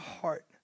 heart